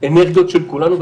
אנרגיות של כולנו.